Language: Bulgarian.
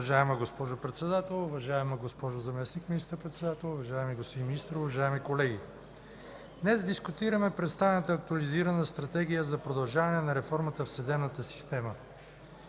Уважаема госпожо Председател, уважаема госпожо Заместник министър-председател, господин Министър, уважаеми колеги! Днес дискутираме представената Актуализирана стратегия за продължаване на реформата в съдебната система.